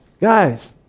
Guys